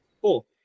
Cool